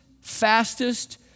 fastest